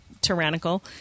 tyrannical